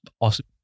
awesome